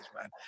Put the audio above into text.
man